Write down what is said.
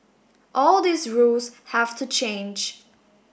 all these rules have to change